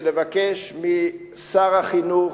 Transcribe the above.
ולבקש משר החינוך,